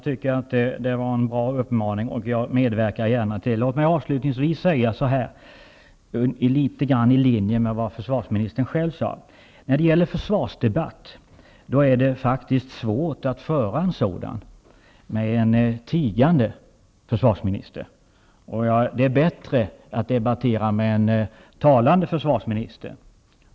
Fru talman! Det var en bra uppmaning, och jag medverkar gärna till detta. Låt mig avslutningsvis, litet grand i linje med vad försvarsministern själv sade, säga följande. Det är faktiskt svårt att föra en försvarsdebatt med en tigande försvarsminister. Det är bättre att debattera med en talande försvarsminister.